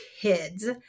Kids